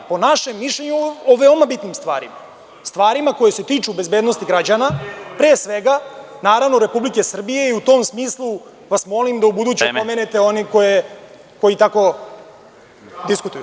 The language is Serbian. Po našem mišljenju, o veoma bitnim stvarima, stvarima koje se tiču bezbednosti građana, pre svega, naravno Republike Srbije, i u tom smislu vas molim da u buduće opomenete one koji tako diskutuju.